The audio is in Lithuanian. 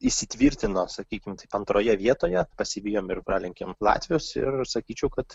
įsitvirtino sakykim taip antroje vietoje pasivijom ir pralenkėm latvijos ir sakyčiau kad